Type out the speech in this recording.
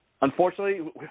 unfortunately